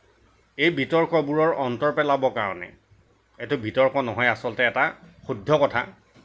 এই বিতৰ্কবোৰৰ অন্ত পেলাবৰ কাৰণে এইটো বিতৰ্ক নহয় আচলতে এটা শুদ্ধ কথা